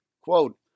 quote